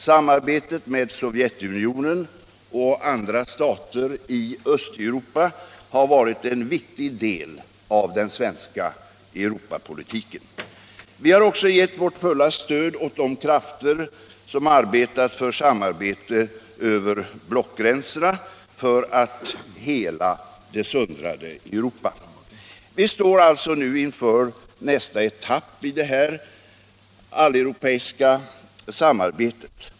Samarbetet med Sovjetunionen och andra stater i Östeuropa har varit en viktig del av den svenska Europapolitiken. Vi har också gett vårt fulla stöd åt de krafter som arbetat för samarbete över blockgränserna, för att hela det söndrade Europa. Vi står nu inför nästa etapp i detta alleuropeiska samarbete.